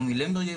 מומי למברגר,